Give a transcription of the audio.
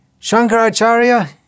Shankaracharya